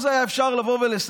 אז אפשר היה לבוא ולספר,